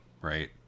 right